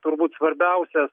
turbūt svarbiausias